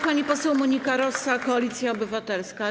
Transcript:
Pani poseł Monika Rosa, Koalicja Obywatelska.